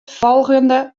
folgjende